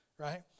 right